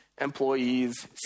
employees